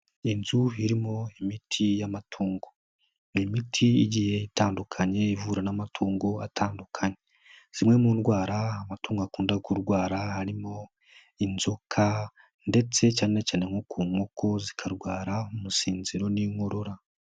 Iyi inzu irimo imiti y'amatungo. Ni imiti igiye itandukanye, ivura n'amatungo atandukanye. Zimwe mu ndwara amatungo akunda kurwara, harimo inzoka ndetse cyane cyane nko ku nkoko zikarwara umusinziro n'inkorora.